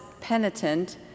penitent